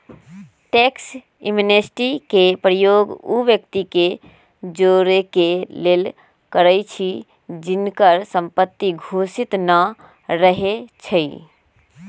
tax amnesty के प्रयोग उ व्यक्ति के जोरेके लेल करइछि जिनकर संपत्ति घोषित न रहै छइ